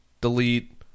delete